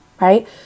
right